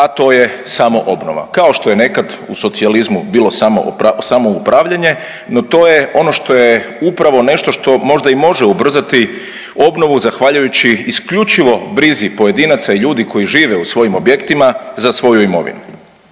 a to je samoobnova. Kao što je nekad u socijalizmu bilo samoupravljanje, noto to je ono što je upravo nešto možda i može ubrzati obnovu zahvaljujući isključivo brizi pojedinaca i ljudi koji žive u svojim objektima za svoju imovinu.